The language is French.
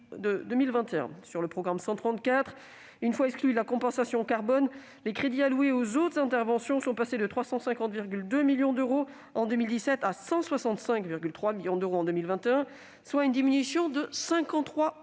Sur le programme 134, une fois exclue la compensation carbone, les crédits alloués aux autres interventions sont passés de 350,2 millions d'euros en 2017 à 165,3 millions en 2021, soit une diminution de 53 %.